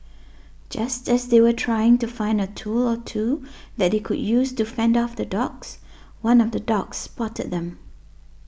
just as they were trying to find a tool or two that they could use to fend off the dogs one of the dogs spotted them